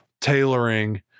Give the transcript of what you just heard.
tailoring